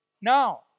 Now